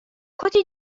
کتی